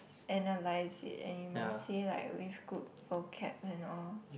analyze it and you must say like with good vocab and all